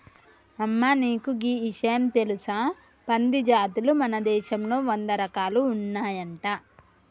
అమ్మ నీకు గీ ఇషయం తెలుసా పంది జాతులు మన దేశంలో వంద రకాలు ఉన్నాయంట